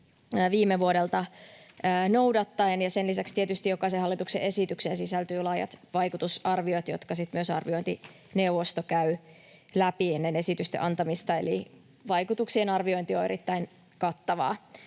viime vuodelta noudattaen. Sen lisäksi tietysti jokaiseen hallituksen esitykseen sisältyy laajat vaikutusarviot, jotka sitten myös arviointineuvosto käy läpi ennen esitysten antamista. Eli vaikutuksien arviointi on erittäin kattavaa.